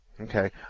Okay